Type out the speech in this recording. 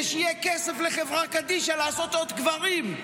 שיהיה כסף לחברה קדישא לעשות עוד קברים.